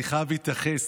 אני חייב להתייחס.